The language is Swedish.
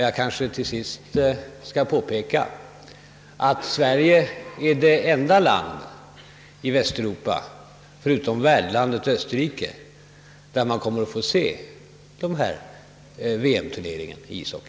Jag kanske till sist skall påpeka att Sverige är det enda land i Västeuropa förutom värdlandet Österrike som i TV får se VM-turneringen i ishockey.